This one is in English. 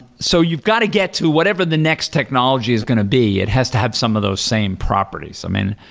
so you've got to get to whatever the next technology is going to be. it has to have some of those same properties i mean,